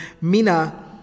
Mina